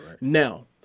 Now